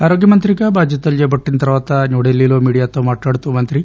ఆరోగ్యమంత్రిగా బాధ్యతలు చేపట్టిన తర్యాత న్నూడిల్లీలో మీడియాతో మాట్లాడుతూ మంత్రి